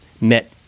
met